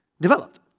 developed